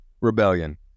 Rebellion